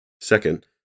Second